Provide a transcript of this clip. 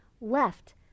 left